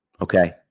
Okay